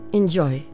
enjoy